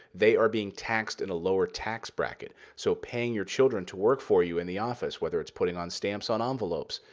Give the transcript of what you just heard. they are being taxed at and a lower tax bracket, so paying your children to work for you in the office, whether it's putting on stamps on ah envelopes,